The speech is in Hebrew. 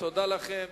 תודה לכם.